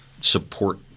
Support